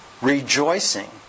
rejoicing